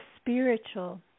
spiritual